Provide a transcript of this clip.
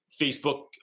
Facebook